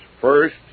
first